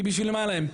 כי בשביל מה להם?